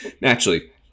naturally